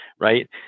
right